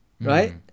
Right